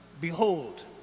Behold